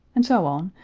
and so on,